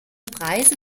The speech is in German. preise